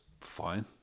fine